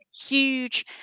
huge